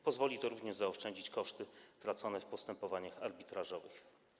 Pozwoli to również zaoszczędzić koszty tracone w postępowaniach arbitrażowych.